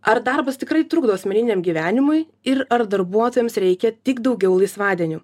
ar darbas tikrai trukdo asmeniniam gyvenimui ir ar darbuotojams reikia tik daugiau laisvadienių